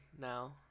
now